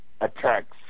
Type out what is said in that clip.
attacks